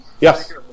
Yes